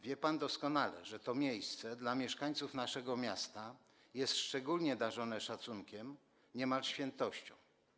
Wie pan doskonale, że to miejsce przez mieszkańców naszego miasta jest szczególnie darzone szacunkiem, jest niemal świętością.